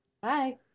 Bye